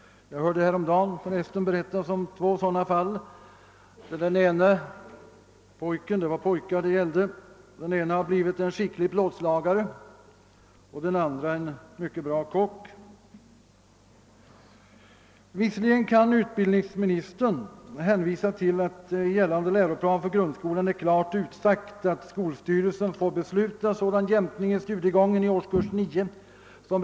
Jag hörde häromdagen berättas om två sådana fall, där den ene pojken — båda fallen gällde pojkar — blivit en skicklig plåtslagare och den andre en mycket bra kock. Visserligen kan utbildningsministern hänvisa till att i gällande läroplan för. grundskolan är klart utsagt att skolstyrelsen får besluta om sådan jämkning i studiegången i årskurs 9 som .